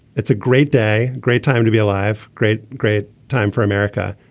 it's a great day. great time to be alive. great. great time for america.